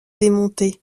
démontée